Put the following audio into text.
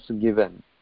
given